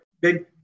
big